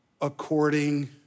According